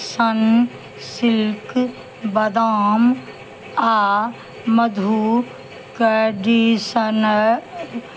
Sunsilk बदाम आ मधु कैडिशनय